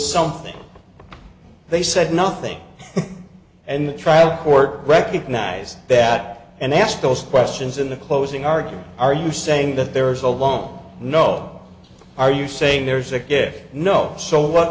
something they said nothing and the trial court recognized that and they asked those questions in the closing argument are you saying that there's a long no are you saying there's again no so what